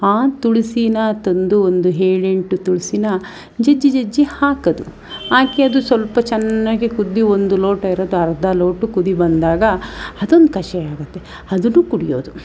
ಆ ತುಳಸಿಯ ತಂದು ಒಂದು ಏಳೆಂಟು ತುಳಸೀನ ಜಜ್ಜಿ ಜಜ್ಜಿ ಹಾಕೋದು ಹಾಕಿ ಅದು ಸ್ವಲ್ಪ ಚೆನ್ನಾಗಿ ಕುದ್ದು ಒಂದು ಲೋಟ ಇರೋದು ಅರ್ಧ ಲೋಟಕ್ಕೆ ಕುದಿ ಬಂದಾಗ ಅದೊಂದು ಕಷಾಯ ಆಗುತ್ತೆ ಅದನ್ನು ಕುಡಿಯೋದು